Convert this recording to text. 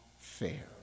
fair